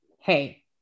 hey